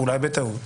אולי בטעות,